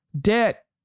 Debt